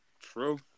True